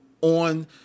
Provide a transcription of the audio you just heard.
on